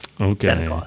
Okay